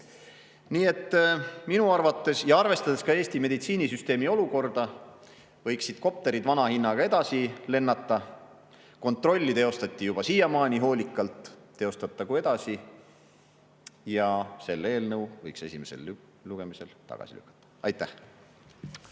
– euroopalik. Arvestades Eesti meditsiinisüsteemi olukorda, võiksid kopterid vana hinnaga edasi lennata. Kontrolli teostati juba siiamaani hoolikalt, teostatagu edasi. Selle eelnõu võiks esimesel lugemisel tagasi lükata. Aitäh!